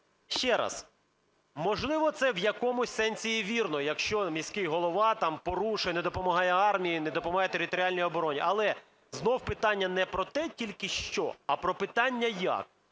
Ще раз, можливо, це в якомусь сенсі і вірно, якщо міський голова там порушує, не допомагає армії, не допомагає територіальній обороні. Але знову питання не про те тільки – що, а про питання – як.